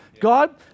God